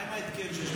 מה עם ההתקן שיש,